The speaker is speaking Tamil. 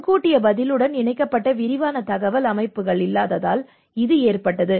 முன்கூட்டிய பதிலுடன் இணைக்கப்பட்ட விரிவான தகவல் அமைப்புகள் இல்லாததால் இது ஏற்பட்டது